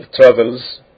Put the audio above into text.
travels